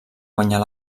guanyar